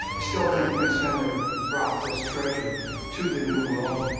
still think prince henry brought this treasure to the new world.